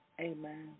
Amen